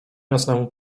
jasnemu